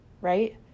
right